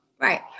Right